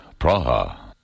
Praha